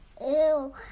Ew